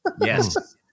Yes